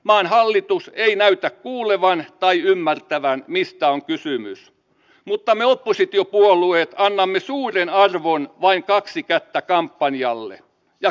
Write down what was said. maan hallitus ei näytä kuulevan tai ymmärtävän mistä on kysymys mutta me oppositiopuolueet annamme suuren arvon vain kaksi kättä kampanjalle ja kamppailu jatkuu